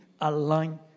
align